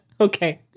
Okay